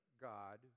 God